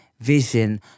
Vision